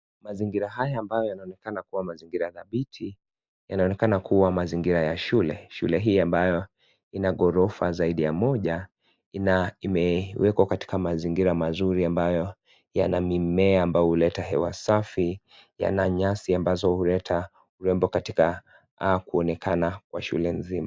Mazingira haya ambayo yanaonekana kuwa mazingira dhabiti yanaonekana kuwa mazingira ya shule. Shule hii ambayo ina ghorofa zaidi ya moja imewekwa katika mazingira mazuri ambayo yana mimea ambayo huleta hewa safi, yana nyasi ambayo huleta urembo katika au kuonekana kwa shule nzima.